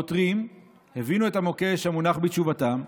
העותרים, שהבינו את המוקש המונח בתשובתם,